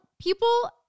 people